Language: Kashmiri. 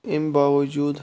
اَمہِ باوجوٗد